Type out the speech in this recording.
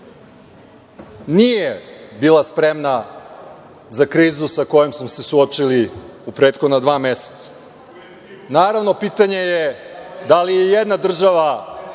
nije bila spremna za krizu sa kojom smo se suočili u prethodna dva meseca. Naravno, pitanje je da li je i jedna država